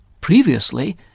Previously